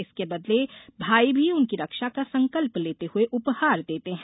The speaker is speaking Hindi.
इसके बदले भाई भी उनकी रक्षा का संकल्प लेते हुए उपहार देते हैं